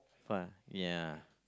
uh ya